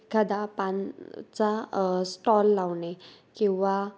एखादा पानचा स्टॉल लावणे किंवा